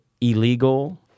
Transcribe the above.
illegal